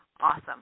Awesome